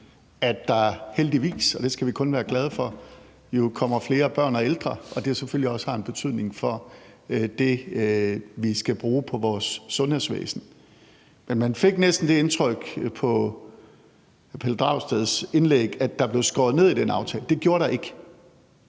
at der jo heldigvis – og det skal vi kun være glade for – kommer flere børn og ældre, og det har selvfølgelig også en betydning for det, vi skal bruge på vores sundhedsvæsen. Men man fik næsten det indtryk fra hr. Pelle Dragsteds indlæg, at der i den aftale blev skåret ned. Det gjorde der ikke.